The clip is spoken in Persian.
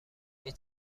هیچ